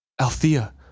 Althea